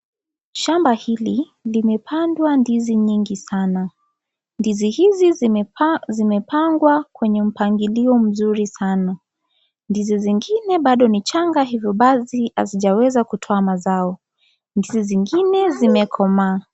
Shamba hili limepandwa ndizi nyingi sana. Ndizi hizi zimepangwa kwenye mpangilio mzuri sana. Ndizi zingine bado ni changa hivyo basi hazijaweza kutoa mazao. Ndizi zingine zimekomaa.